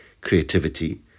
creativity